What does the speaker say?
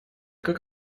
как